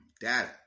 Data